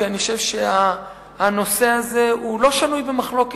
כי אני חושב שהנושא הזה הוא לא שנוי במחלוקת,